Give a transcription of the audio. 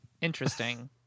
interesting